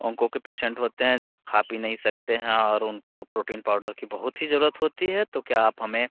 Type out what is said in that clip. onco के patient होते हैं जो खा पी नहीं सकते हैं और उनको प्रोटीन पाउडर की बहुत ही ज़रूरत होती है तो क्या आप हमें